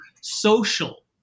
social